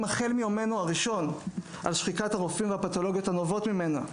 מיומנו הראשון על שחיקת הרופאים והפתולוגיות הנובעות ממנה,